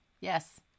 yes